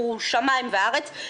הוא שמים וארץ.